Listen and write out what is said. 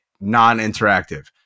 non-interactive